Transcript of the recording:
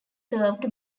served